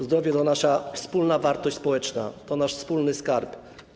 Zdrowie to nasza wspólna wartość społeczna, nasz wspólny skarb.